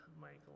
Michael